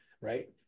Right